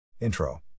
Intro